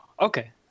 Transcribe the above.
okay